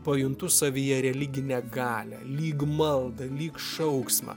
pajuntu savyje religinę galią lyg maldą lyg šauksmą